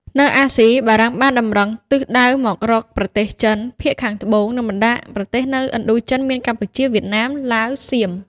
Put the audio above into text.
នៅអាស៊ី បារាំងបានតម្រង់ទិសដៅមករកប្រទេសចិន ភាគខាងត្បូងនិង បណ្តាប្រទេសនៅឥណ្ឌូចិនមានកម្ពុជា វៀតណាម ឡាវសៀម។